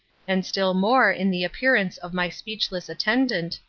and still more in the appearance of my speechless attendant,